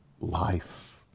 life